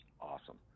awesome